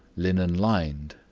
linen lined.